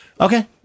Okay